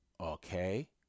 Okay